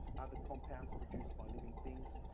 other compounds produced by living things.